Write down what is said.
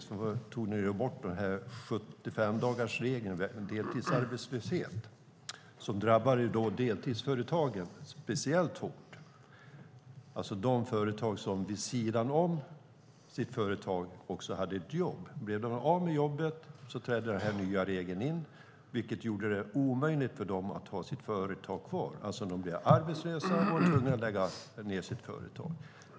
Ni tog ju bort 75-dagarsregeln för deltidsarbetslöshet, som drabbar deltidsföretagare speciellt hårt, alltså de företagare som vid sidan av sitt företag hade ett jobb. Blev de av med jobbet trädde den här nya regeln in, vilket gjorde det omöjligt för dem att ha sitt företag kvar. De blev arbetslösa och var tvungna att lägga ned sitt företag.